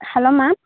hello ma'am